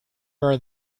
are